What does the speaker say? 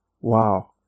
wow